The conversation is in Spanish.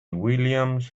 williams